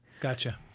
gotcha